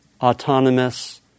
autonomous